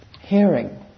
Hearing